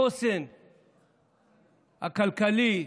החוסן הכלכלי,